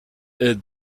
est